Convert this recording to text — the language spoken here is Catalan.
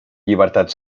llibertat